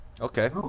Okay